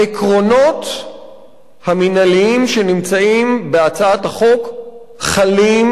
העקרונות המינהליים בהצעת החוק חלים,